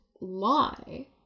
lie